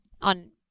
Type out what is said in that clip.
on